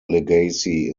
legacy